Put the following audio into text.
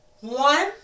One